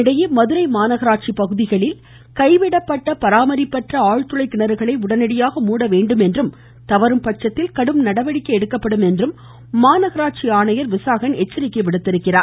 இதனிடையே மதுரை மாநகராட்சி பகுதிகளில் கைவிடப்பட்ட பராமரிப்பற்ற ஆழ்துளை கிணறுகளை உடனடியாக மூட வேண்டுமென்றும் தவறும்பட்சத்தில் கடும் நடவடிக்கை எடுக்கப்படும் என்றும் மாநகராட்சி ஆணையர் விசாகன் எச்சரித்திருக்கிறார்